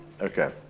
Okay